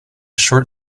short